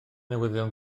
newyddion